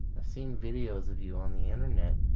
ah seen videos of you on the internet.